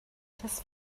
das